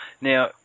Now